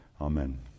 Amen